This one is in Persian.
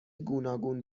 گوناگون